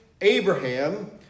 Abraham